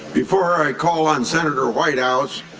before i call on senator whitehouse,